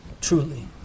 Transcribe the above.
truly